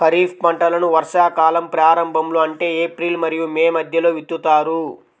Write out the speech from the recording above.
ఖరీఫ్ పంటలను వర్షాకాలం ప్రారంభంలో అంటే ఏప్రిల్ మరియు మే మధ్యలో విత్తుతారు